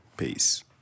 Peace